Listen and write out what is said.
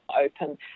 open